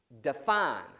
define